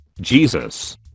Jesus